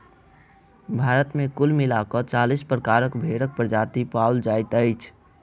भारत मे कुल मिला क चालीस प्रकारक भेंड़क प्रजाति पाओल जाइत अछि